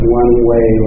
one-way